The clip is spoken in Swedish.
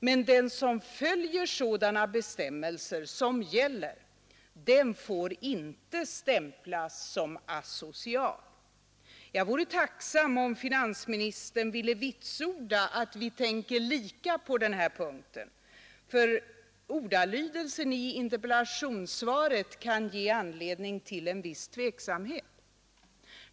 Men den som följer sådana bestämmelser som gäller får inte stämplas som asocial. Jag vore tacksam om finansministern ville vitsorda att vi tänker lika på den punkten, för ordalydelsen i interpellationssvaret kan ge anledning till en viss tveksamhet.